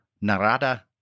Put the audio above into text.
Narada